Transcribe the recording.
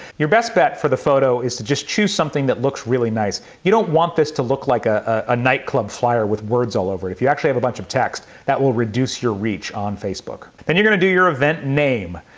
your best bet for the photo is to just choose something that looks really nice. you don't want this to look like ah a nightclub flyer with words all over it. if you actually have a bunch of text, that will reduce your reach on facebook. then you're going to do your event name.